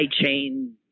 chain